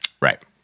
Right